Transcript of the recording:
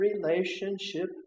relationship